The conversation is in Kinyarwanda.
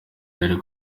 yari